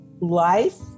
life